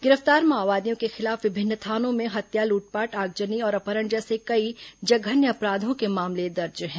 गिरफ्तार माओवादियों के खिलाफ विभिन्न थानों में हत्या लूटपाट आगजनी और अपहरण जैसे कई जघन्य अपराध के मामले दर्ज हैं